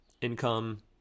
income